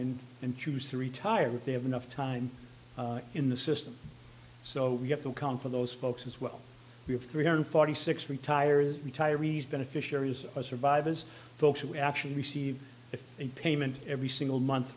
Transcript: in and choose to retire if they have enough time in the system so we have to account for those folks as well we have three hundred forty six retire is retirees beneficiaries are survivors folks who actually receive a payment every single month